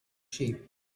sheep